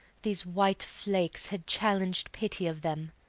these white flakes had challeng'd pity of them.